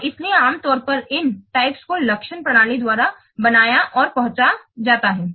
और इसलिए आम तौर पर इन प्रकारों को लक्ष्य प्रणाली द्वारा बनाया और पहुँचा जाता है